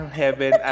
heaven